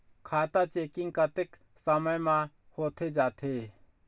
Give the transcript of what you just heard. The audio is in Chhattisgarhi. खाता चेकिंग कतेक समय म होथे जाथे?